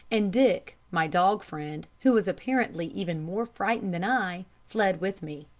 and dick, my dog friend, who was apparently even more frightened than i, fled with me.